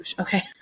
Okay